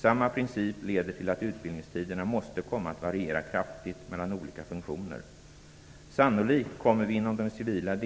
Samma princip leder till att utbildningstiderna måste komma att variera kraftigt mellan olika funktioner. Sannolikt kommer vi inom de civila